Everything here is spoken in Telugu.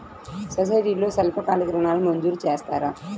సొసైటీలో స్వల్పకాలిక ఋణాలు మంజూరు చేస్తారా?